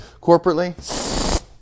corporately